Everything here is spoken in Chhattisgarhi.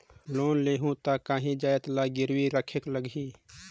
लोन लेहूं ता काहीं जाएत ला गिरवी रखेक लगही?